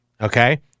Okay